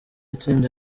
itsinda